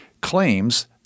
claims